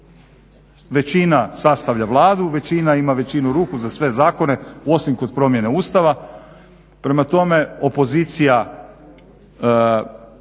Većina sastavlja Vladu, većina ima većinu, ruku za sve zakone osim kod promjene Ustava. Prema tome, opozicija,